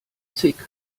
zig